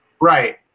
Right